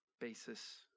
basis